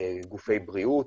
גופי בריאות,